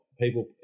people